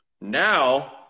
Now